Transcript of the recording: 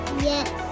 Yes